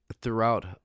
Throughout